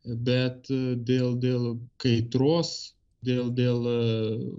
bet dėl dėl kaitros dėl dėl